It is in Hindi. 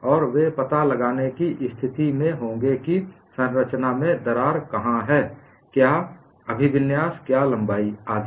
और वे पता लगाने की स्थिति में होंगे कि संरचना में दरार कहाँ है क्या अभिविन्यास क्या लंबाई आदि